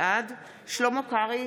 בעד שלמה קרעי,